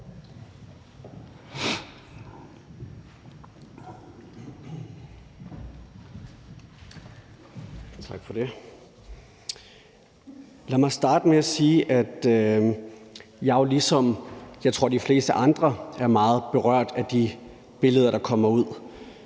Lad mig starte med at sige, at jeg jo, ligesom jeg tror de fleste andre er, er meget berørt af de billeder, der kommer ud